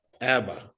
Abba